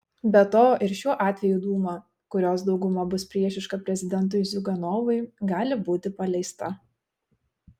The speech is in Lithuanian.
be to ir šiuo atveju dūma kurios dauguma bus priešiška prezidentui ziuganovui gali būti paleista